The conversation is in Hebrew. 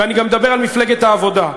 ואני גם מדבר על מפלגת העבודה,